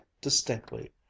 distinctly